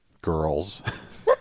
girls